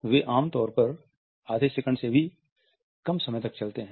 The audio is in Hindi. वे आम तौर पर आधे सेकंड से भी कम समय तक चलते हैं